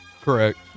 Correct